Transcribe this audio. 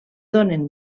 donen